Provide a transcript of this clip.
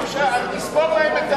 אז תספור להם את